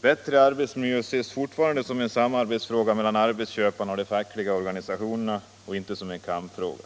Bättre arbetsmiljö ses fortfarande som en samarbetsfråga mellan ar betsköparna och de fackliga organisationerna och inte som en kampfråga.